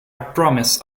promise